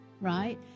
right